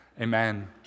amen